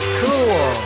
cool